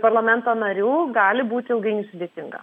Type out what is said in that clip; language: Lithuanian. parlamento narių gali būti ilgainiui sudėtinga